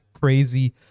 Crazy